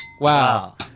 Wow